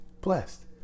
blessed